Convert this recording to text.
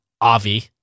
Avi